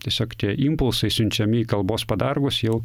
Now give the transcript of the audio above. tiesiog tie impulsai siunčiami į kalbos padargus jau